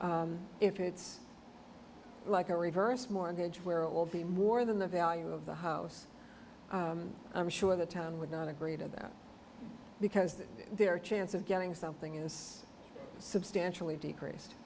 if it's like a reverse mortgage where it will be more than the value of the house i'm sure the town would not agree to that because their chance of getting something is substantially decrease